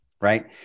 right